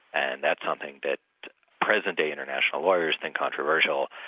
and that's something that present-day international lawyers think controversial.